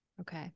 okay